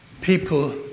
people